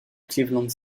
cleveland